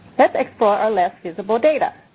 let's explore our less visible data.